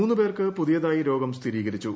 മൂന്നു പേർക്ക് പുതിയതായി രോഗം സ്ഥിരീകരിച്ചു